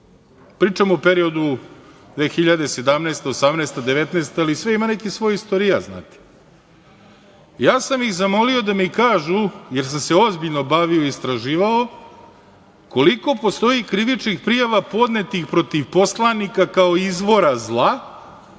Pričam o periodu 2017, 2018, 2019. godina, ali sve ima neki svoj istorijat, znate. Zamolio sam ih da mi kažu, jer sam se ozbiljno bavio i istraživao, koliko postoji krivičnih prijava podnetih protiv poslanika kao izvora zla